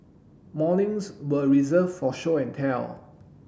mornings were reserve for show and tell